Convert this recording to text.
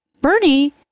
Bernie